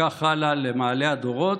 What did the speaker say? וכך הלאה במעלה הדורות,